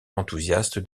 enthousiaste